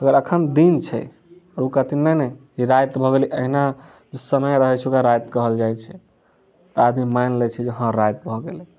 अगर अखन दिन छै आओर ओ कहथिन नहि नहि राति भऽ गेलै अहिना समय रहै छै ओकरा राति कहल जाइ छै तऽ आदमी मानि लै छै जे हँ राति भऽ गेलै